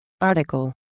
Article